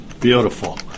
Beautiful